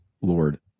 Lord